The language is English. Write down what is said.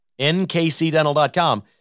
NKCDental.com